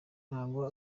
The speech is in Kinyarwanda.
ntago